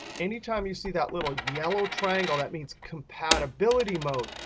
anytime you see that little yellow triangle, that means compatibility mode.